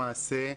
למעשה,